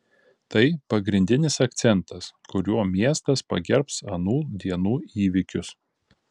tai pagrindinis akcentas kuriuo miestas pagerbs anų dienų įvykius